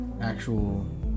actual